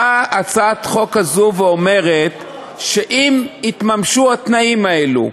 באה הצעת החוק הזאת ואומרת שאם יתממשו התנאים האלה,